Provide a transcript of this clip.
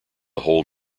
hold